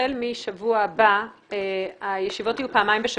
החל מהשבוע הבא הישיבות יהיו פעמיים בשבוע,